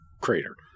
Crater